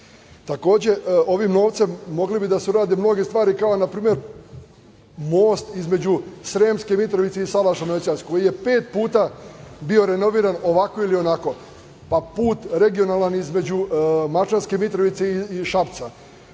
dinara. Takođe, ovim novcem mogle bi da se urade mnoge stvari kao npr. most između Sremske Mitrovice i Salaša Noćajskog, koji je pet puta bio renoviran ovako ili onako. Zatim, regionalni put između Mačvanske Mitrovice i Šapca. Žao